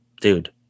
dude